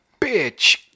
bitch